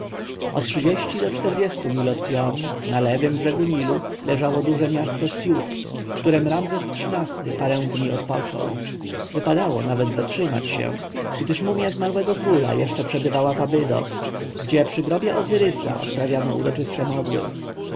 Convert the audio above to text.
trzydzieści do czterdziestu mil od piom na lewym brzegu nilu leżało duże miasto siut w którem ramzes xiii-ty parę dni odpoczął wypadało nawet zatrzymać się gdyż mumja zmarłego króla jeszcze przebywała w abydos gdzie przy grobie ozyrysa odprawiano uroczyste modły